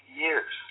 years